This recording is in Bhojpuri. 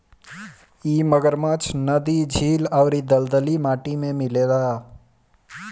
इ मगरमच्छ नदी, झील अउरी दलदली माटी में मिलेला